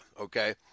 okay